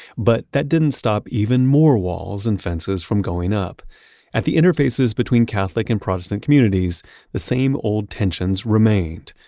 but that didn't stop even more walls and fences from going up at the interfaces between catholic and protestant communities the same old tensions remained.